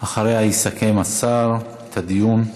אחריה יסכם השר את הדיון.